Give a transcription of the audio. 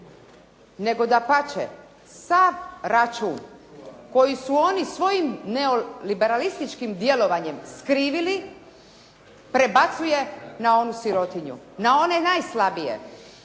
nego dapače sav račun koji su oni svojim neoliberalističkim djelovanjem skrivili prebacuje na onu sirotinju, na one najslabije